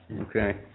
okay